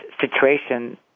situation